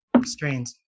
strains